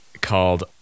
called